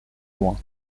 loin